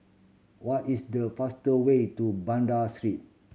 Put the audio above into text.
what is the faster way to Banda Street